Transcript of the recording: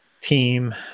team